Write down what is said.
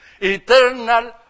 Eternal